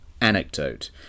anecdote